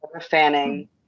fanning